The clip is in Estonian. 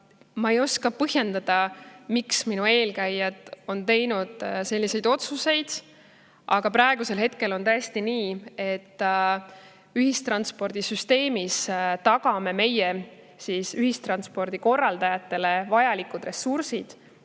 Ma ei oska põhjendada, miks minu eelkäijad on teinud selliseid otsuseid. Praegu on tõesti nii, et ühistranspordisüsteemis tagame meie ühistranspordi korraldajatele vajalikud ressursid,